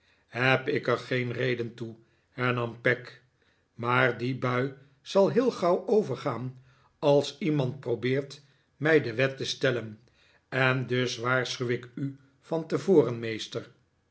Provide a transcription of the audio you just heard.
heb ik er geen reden toe hernam peg maar die bui zal heel gauw overgaan als iemand probeert mij de wet te stellen en dus waarschuw ik u van tevoren meester